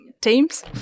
teams